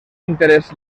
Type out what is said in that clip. interès